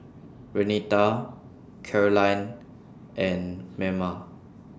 Renita Karolyn and Merna